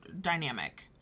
dynamic